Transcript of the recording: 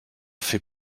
fait